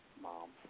mom